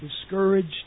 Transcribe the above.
discouraged